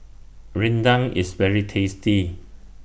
Rendang IS very tasty